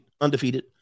undefeated